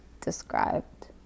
described